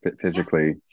Physically